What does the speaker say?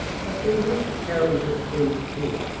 but they meant to carry this thing through.